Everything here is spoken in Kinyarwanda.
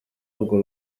ubwo